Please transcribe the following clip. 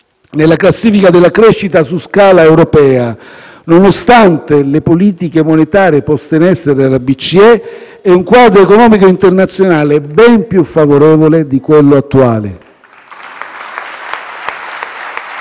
nella classifica della crescita su scala europea, nonostante le politiche monetarie poste in essere dalla BCE e un quadro economico internazionale ben più favorevole di quello attuale.